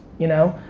you know?